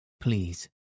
please